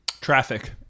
Traffic